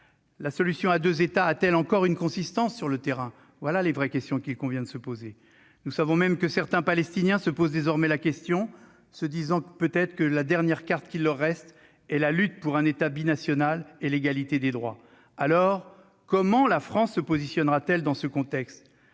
La solution à deux États a-t-elle encore une consistance sur le terrain ? Voilà les vraies questions qu'il convient de se poser. Nous savons même que certains Palestiniens se posent désormais la question, se disant peut-être que la dernière carte qu'il leur reste est la lutte pour un État binational et l'égalité des droits. Comment la France se positionnera-t-elle dans ce contexte ?